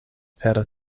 per